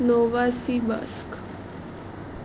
नोवासी बस्क